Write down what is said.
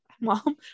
mom